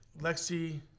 Lexi